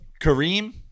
Kareem